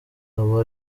aba